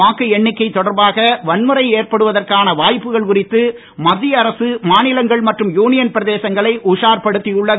வாக்கு எண்ணிக்கை தொடர்பாக வன்முறை ஏற்படுவதற்கான வாய்ப்புகள் குறித்து மத்திய அரசு மாநிலங்கள் மற்றும் யுனியன் பிரதேசங்களைச் உஷார் படுத்தியுள்ளது